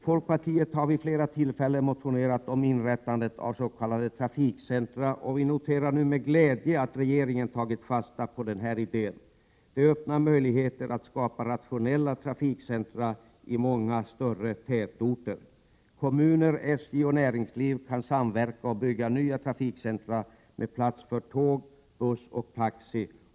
Folkpartiet har vid flera tillfällen motionerat om inrättandet av s.k. trafikcentra, och vi noterar nu med glädje att regeringen tagit fasta på denna idé. Detta öppnar möjligheter att skapa rationella trafikcentra i många större tätorter. Kommuner, SJ och näringsliv kan samverka och bygga nya trafikcentra med plats för tåg, buss och taxi.